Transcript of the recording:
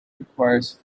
requires